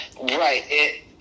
Right